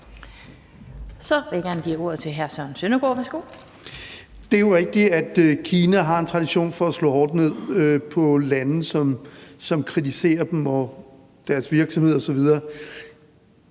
Det er rigtigt, at Kina har en tradition for at slå hårdt ned på lande, som kritiserer dem og deres virksomheder osv.,